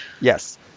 yes